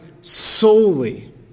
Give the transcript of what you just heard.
Solely